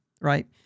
right